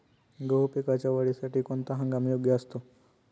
गहू पिकाच्या वाढीसाठी कोणता हंगाम योग्य असतो?